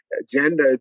agenda